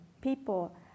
people